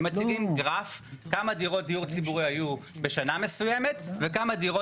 הם מציגים גרף כמה דירות דיור ציבורי היו בשנה מסוימת וכמה דירות